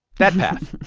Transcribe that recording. that path